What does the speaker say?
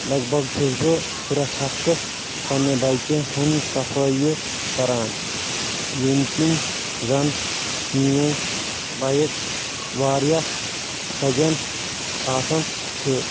لگ بگ چھُس بہٕ پرٛٮ۪تھ ہفتہٕ پننہِ بایکہِ ہُنٛد صفٲییہِ کران ییٚمہِ کِنۍ زن میٲنۍ بایِک واریاہ سجان آسان چھِ